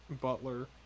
butler